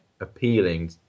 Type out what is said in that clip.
appealing